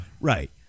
Right